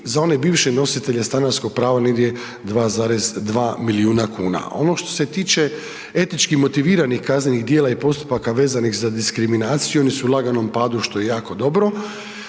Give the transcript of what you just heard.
za one bivše nositelje stanarskog prava, negdje 2,2 milijuna. Ono što se tiče etičkih motiviranih kaznenih djela i postupaka vezanih za diskriminaciju, oni su u laganom padu što je jako dobro.